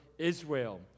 Israel